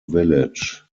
village